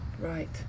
Right